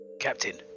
Captain